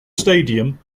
stadium